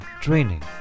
training